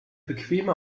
bequeme